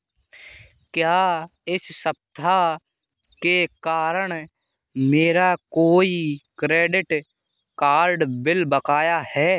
क्या इस सप्ताह के कारण मेरा कोई क्रेडिट कार्ड बिल बकाया है